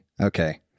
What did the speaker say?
Okay